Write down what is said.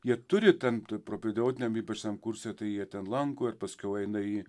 jie turi tam propedeutiniam ypač tam kurse tai jie ten lanko ir paskiau eina į